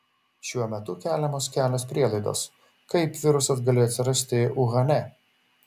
šiuo metu keliamos kelios prielaidos kaip virusas galėjo atsirasti uhane